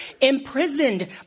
imprisoned